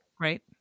Right